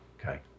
Okay